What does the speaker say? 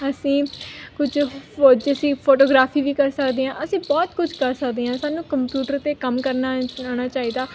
ਅਸੀਂ ਕੁਝ ਫੌਜ ਅਸੀਂ ਫੋਟੋਗ੍ਰਾਫੀ ਵੀ ਕਰ ਸਕਦੇ ਹਾਂ ਅਸੀਂ ਬਹੁਤ ਕੁਝ ਕਰ ਸਕਦੇ ਹਾਂ ਸਾਨੂੰ ਕੰਪਿਊਟਰ 'ਤੇ ਕੰਮ ਕਰਨਾ ਆਉਣਾ ਚਾਹੀਦਾ